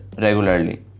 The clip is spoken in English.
regularly